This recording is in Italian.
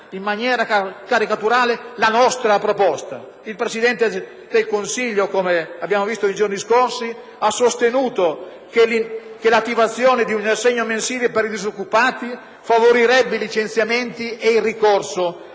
in maniera caricaturale la nostra proposta. Il Presidente del Consiglio, come abbiamo visto nei giorni scorsi, ha sostenuto che l'attivazione di un assegno mensile per i disoccupati favorirebbe i licenziamenti e il ricorso